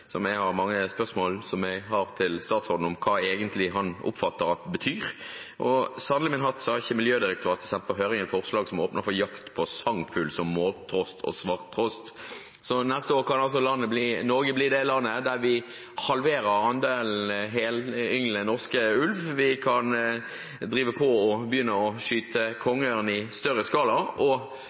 der jeg har mange spørsmål til statsråden om hva han egentlig oppfatter at det betyr. Og sannelig min hatt har Miljødirektoratet sendt på høring et forslag som åpner for jakt på sangfugler som måltrost og svarttrost. Neste år kan Norge bli det landet hvor vi halverer andelen norsk ynglende ulv. Vi kan begynne å skyte kongeørn i større